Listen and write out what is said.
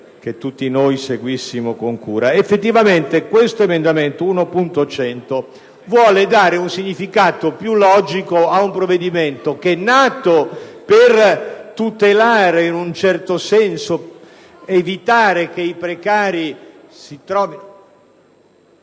che tutti seguissimo con attenzione. Effettivamente l'emendamento 1.100 vuole dare un significato più logico ad un provvedimento che, nato per evitare in un certo senso che i precari si trovino....